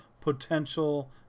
potential